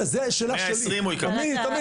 120 הוא יקבל.